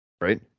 right